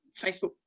Facebook